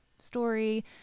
story